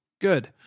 Good